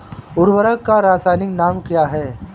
उर्वरक का रासायनिक नाम क्या है?